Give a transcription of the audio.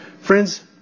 Friends